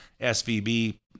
SVB